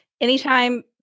anytime